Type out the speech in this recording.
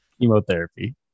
Chemotherapy